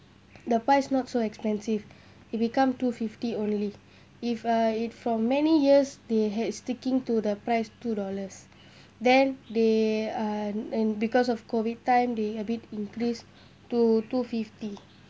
the price not so expensive it become two fifty only if uh if from many years they had sticking to the price two dollars then they uh and because of COVID time they a bit increased to two fifty